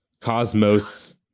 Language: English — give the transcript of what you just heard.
Cosmos